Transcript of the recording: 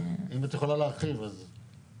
אם את יכולה להרחיב, אז.